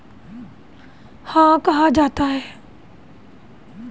कृषि प्रबंधन को एग्रीबिजनेस कहा जाता है